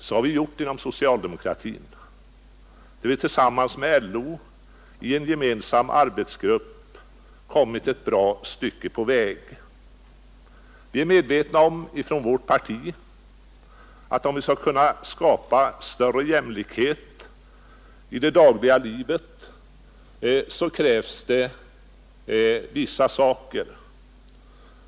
Så har vi gjort inom socialdemokratin, där vi tillsammans med LO i en gemensam arbetsgrupp kommit ett bra stycke på väg. Vi är inom vårt parti medvetna om att om vi skall kunna skapa större jämlikhet i det dagliga livet, så krävs det vissa saker.